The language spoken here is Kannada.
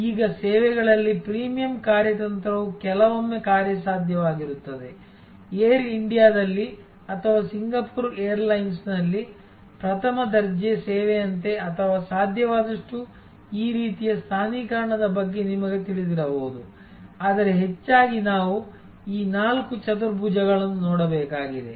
ಈಗ ಸೇವೆಗಳಲ್ಲಿ ಪ್ರೀಮಿಯಂ ಕಾರ್ಯತಂತ್ರವು ಕೆಲವೊಮ್ಮೆ ಕಾರ್ಯಸಾಧ್ಯವಾಗಿರುತ್ತದೆ ಏರ್ ಇಂಡಿಯಾದಲ್ಲಿ ಅಥವಾ ಸಿಂಗಾಪುರ್ ಏರ್ಲೈನ್ಸ್ನಲ್ಲಿ ಪ್ರಥಮ ದರ್ಜೆ ಸೇವೆಯಂತೆ ಅಥವಾ ಸಾಧ್ಯವಾದಷ್ಟು ಈ ರೀತಿಯ ಸ್ಥಾನೀಕರಣದ ಬಗ್ಗೆ ನಿಮಗೆ ತಿಳಿದಿರಬಹುದು ಆದರೆ ಹೆಚ್ಚಾಗಿ ನಾವು ಈ ನಾಲ್ಕು ಚತುರ್ಭುಜಗಳನ್ನು ನೋಡಬೇಕಾಗಿದೆ